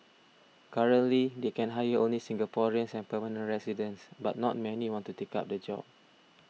currently they can hire only Singaporeans and permanent residents but not many want to take up the job